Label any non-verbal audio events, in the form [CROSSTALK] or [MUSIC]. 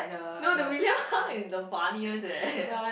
no the William-Hung is the funniest eh [LAUGHS]